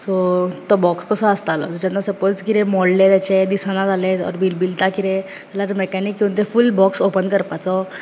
so तो भोक कसो आसतालो जेन्ना सपोज कितें मोडले तेचें दिसना जालें ऑर भिलभिलता कितें जाल्यार मॅकॅनीक येवन तें फूल बोक्स ओपन करपाचो